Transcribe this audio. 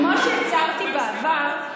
כמו שהצגתי בעבר,